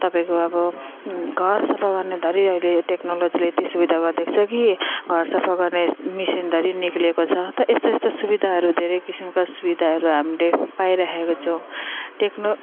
तपाईँको अब घर सफा गर्ने धरि अहिले टेक्नोलोजीले यति सुविधा गरिदएको छ कि घर सफा गर्ने मेसिनधरि निस्केको छ त यस्तो यस्तो सुविधाहरू धेरै किसिमका सुविधाहरू हामीले पाइराखेको छौँ टेक्नो